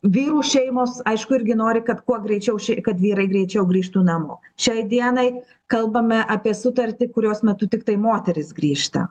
vyrų šeimos aišku irgi nori kad kuo greičiau ši kad vyrai greičiau grįžtų namo šiai dienai kalbame apie sutartį kurios metu tiktai moterys grįžta